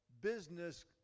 business